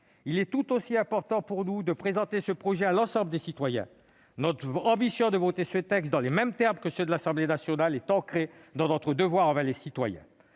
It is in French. Il est tout aussi important pour nous de présenter ce projet à l'ensemble des citoyens. Notre ambition de voter ce texte dans les mêmes termes que ceux de l'Assemblée nationale est ancrée dans notre devoir envers eux. Mes